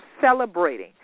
celebrating